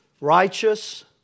Righteous